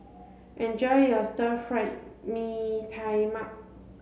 enjoy your stir fry Mee Tai Mak